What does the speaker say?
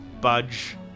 Budge